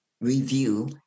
review